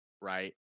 right